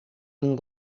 hun